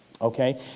Okay